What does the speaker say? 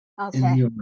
Okay